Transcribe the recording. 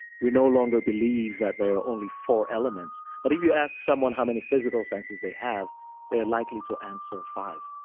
we no longer believe that there are only four elements, but if you ask someone how many physical senses they have they're likely to answer five.